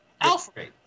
Alfred